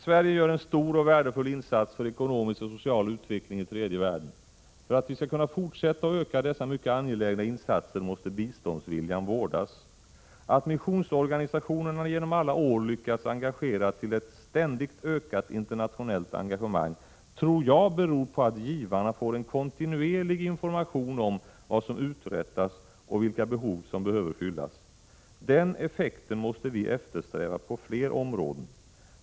Sverige gör en stor och värdefull insats för ekonomisk och social utveckling i tredje världen. För att vi skall kunna fortsätta och öka dessa mycket angelägna insatser måste biståndsviljan vårdas. Att missionsorganisationerna genom alla år lyckats engagera till ett ständigt ökat internationellt engagemang, tror jag beror på att givarna får en kontinuerlig information om vad som uträttas och vilka behov som behöver fyllas. Den effekten måste vi eftersträva på fler områden.